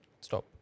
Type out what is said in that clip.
stop